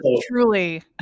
Truly